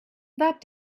that